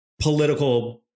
political